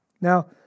Now